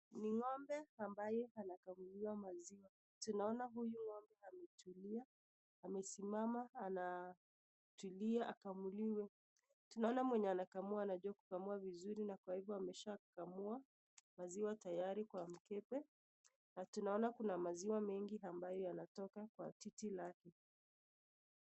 Ni ng'ombe ambaye anakamuliwa maziwa, tuanona huyu ng'ombe ametulia amesimama anatulia akamuliwe tunaona mwenye anakamua anajua kukamua vizuri kwa hivyo ameshakamua maziwa tayari kwa mkebe na tunaona kuna maziwa mengi ambayo yanatoka kwa titi lake.